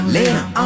Later